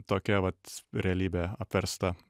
tokia vat realybė apversta